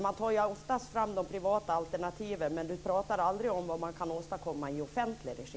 Man tar ju ofta fram de privata alternativen, men man pratar aldrig om vad man kan åstadkomma i offentlig regi.